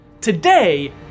Today